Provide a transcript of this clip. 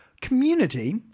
community